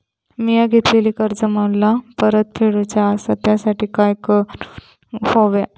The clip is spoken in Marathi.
मिया घेतलेले कर्ज मला परत फेडूचा असा त्यासाठी काय काय करून होया?